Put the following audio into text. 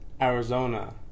Arizona